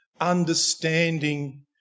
understanding